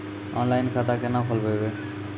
Online खाता केना खोलभैबै?